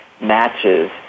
matches